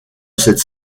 cette